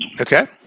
Okay